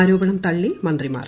ആരോപണം തള്ളി മന്ത്രിമാർ